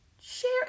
Share